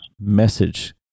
message